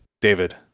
David